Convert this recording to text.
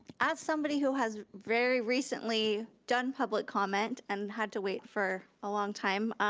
as somebody who has very recently done public comment and had to wait for a long time,